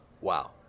wow